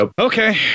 okay